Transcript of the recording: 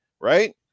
right